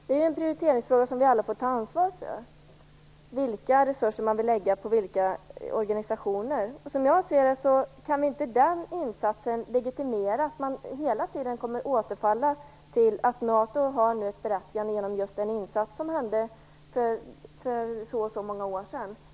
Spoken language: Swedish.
Det är en prioriteringsfråga, och vi får alla ta ansvar för vilka resurser vi vill lägga på vilka organisationer. Som jag ser det, kan inte den insatsen legitimera att NATO har ett berättigande, dvs. att man hela tiden kommer att återfalla till att NATO gjorde den insatsen för så och så många år sedan.